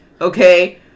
Okay